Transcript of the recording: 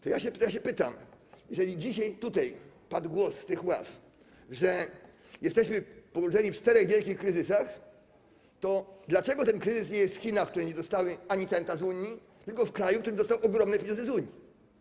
To ja się pytam: Jeżeli dzisiaj - tutaj padł taki głos z tych ław - jesteśmy połączeni w czterech wielkich kryzysach, to dlaczego ten kryzys nie jest w Chinach, które nie dostały ani centa z Unii, tylko w kraju, który dostał ogromne pieniądze z Unii?